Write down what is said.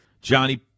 Johnny